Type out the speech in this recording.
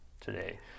today